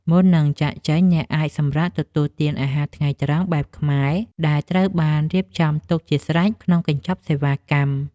មុននឹងចាកចេញ អ្នកអាចសម្រាកទទួលទានអាហារថ្ងៃត្រង់បែបខ្មែរដែលត្រូវបានរៀបចំទុកជាស្រេចក្នុងកញ្ចប់សេវាកម្ម។